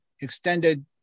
extended